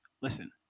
listen